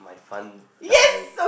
fun time